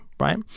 Right